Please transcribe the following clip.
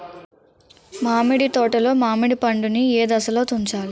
మామిడి తోటలో మామిడి పండు నీ ఏదశలో తుంచాలి?